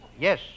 Yes